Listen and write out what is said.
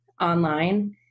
online